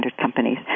companies